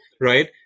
right